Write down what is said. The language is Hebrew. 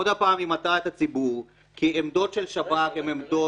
עוד פעם היא מטעה את הציבור כי העמדות של שב"כ הן עמדות